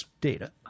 data